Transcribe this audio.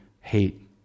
hate